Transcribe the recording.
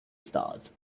stars